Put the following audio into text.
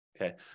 okay